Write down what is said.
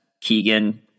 Keegan